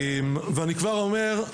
ואני כבר אומר,